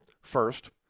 first